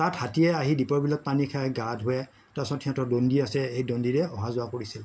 তাত হাতীয়ে আহি দ্বীপৰ বিলত পানী খায় গা ধোৱে তাৰপাছত সিহঁতৰ দণ্ডি আছে সেই দণ্ডিৰে অহা যোৱা কৰিছিল